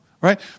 right